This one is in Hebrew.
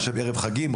עכשיו ערב חגים,